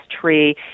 tree